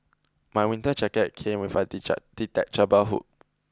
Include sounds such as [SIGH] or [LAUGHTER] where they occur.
my winter jacket came with a [UNINTELLIGIBLE] detachable hood